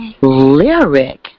Lyric